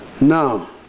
Now